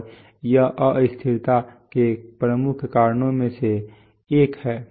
और यह अस्थिरता के प्रमुख कारणों में से एक है